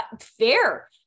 fair